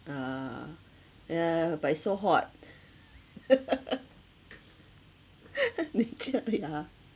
uh yeah but it's so hot nature ya